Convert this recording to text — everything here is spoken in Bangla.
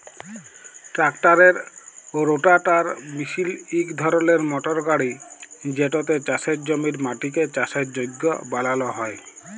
ট্রাক্টারের রোটাটার মিশিল ইক ধরলের মটর গাড়ি যেটতে চাষের জমির মাটিকে চাষের যগ্য বালাল হ্যয়